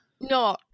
No